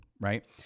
right